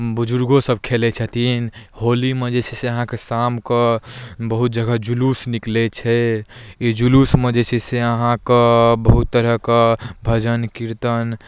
बुजुर्गोसभ खेलै छथिन होलीमे जे छै से अहाँके शामकेँ बहुत जगह जुलूस निकलै छै ई जुलूसमे जे छै से अहाँके बहुत तरहके भजन कीर्तन